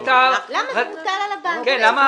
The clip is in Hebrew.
למה זה מוטל על הבנקים?